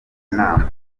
nama